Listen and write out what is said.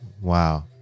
wow